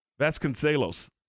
Vasconcelos